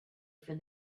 for